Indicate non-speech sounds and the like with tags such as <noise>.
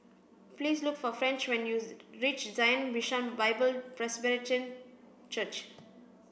please look for French when you <noise> reach Zion Bishan Bible Presbyterian Church